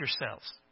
yourselves